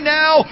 now